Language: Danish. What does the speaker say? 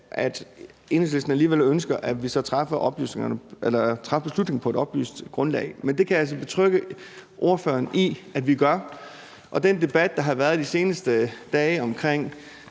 at Enhedslisten alligevel ønsker, at vi så træffer beslutningen på et oplyst grundlag. Men det kan jeg så betrygge spørgeren i at vi gør, og den debat, der har været i de seneste dage omkring